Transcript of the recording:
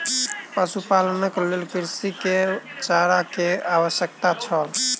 पशुपालनक लेल कृषक के चारा के आवश्यकता छल